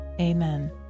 Amen